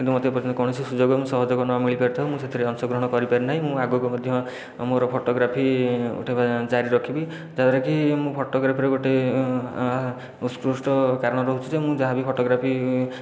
କିନ୍ତୁ ମୋତେ ଏପର୍ଯ୍ୟନ୍ତ କୌଣସି ସୁଯୋଗ ସହଯୋଗ ନମିଳିପାରିଥିବାରୁ ମୁଁ ସେଥିରେ ଅଂଶଗ୍ରହଣ କରିପାରି ନାହିଁ ମୁଁ ଆଗକୁ ମଧ୍ୟ ମୋର ଫଟୋଗ୍ରାଫି ଉଠାଇବା ଜାରିରଖିବି ଯାହାଦ୍ଵାରା କି ମୁଁ ଫଟୋଗ୍ରାଫିରେ ଗୋଟିଏ ଉତ୍କୃଷ୍ଟ କାରଣ ରହୁଛି ଯେ ମୁଁ ଯାହାବି ଫଟୋଗ୍ରାଫି